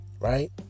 right